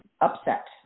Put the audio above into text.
upset